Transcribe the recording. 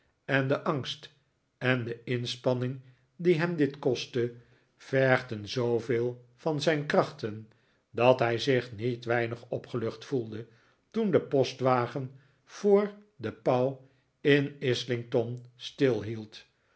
en de angst en de inspanning die hem dit kostte vergden zooveel van zijn krachten dat hij zich niet weinig opgelucht voelde toen de postwagen voor de pauw in islington